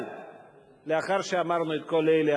אבל לאחר שאמרנו את כל אלה,